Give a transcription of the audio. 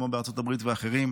כמו ארצות הברית ואחרים.